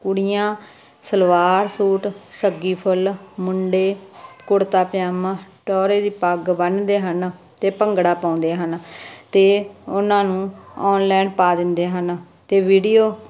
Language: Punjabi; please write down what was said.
ਕੁੜੀਆਂ ਸਲਵਾਰ ਸੂਟ ਸੱਗੀ ਫੁੱਲ ਮੁੰਡੇ ਕੁੜਤਾ ਪਜਾਮਾ ਟੋਰੇ ਦੀ ਪੱਗ ਬੰਨ੍ਹਦੇ ਹਨ ਅਤੇ ਭੰਗੜਾ ਪਾਉਂਦੇ ਹਨ ਅਤੇ ਉਹਨਾਂ ਨੂੰ ਔਨਲਾਈਨ ਪਾ ਦਿੰਦੇ ਹਨ ਅਤੇ ਵੀਡੀਓ